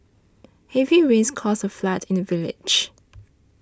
heavy rains caused a flood in the village